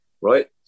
right